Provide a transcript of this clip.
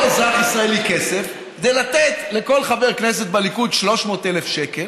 אזרח ישראלי כסף כדי לתת לכל חבר כנסת בליכוד 300,000 שקל,